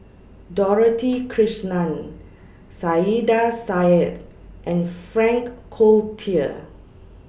Dorothy Krishnan Saiedah Said and Frank Cloutier